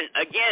again